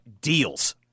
deals